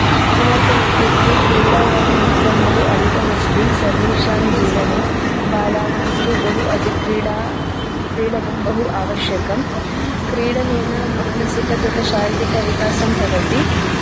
किमर्थम् इत्युक्ते क्रीडायाः महत्वं बहु अधिकमस्ति सर्वेषां जीवने बालानां तु बहु अतिक्रिडा क्रीडनं बहु आवश्यकं क्रीडनेन मानसिक तथा शारिरिकविकासं भवति